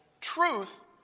truth